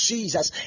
Jesus